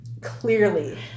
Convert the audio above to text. Clearly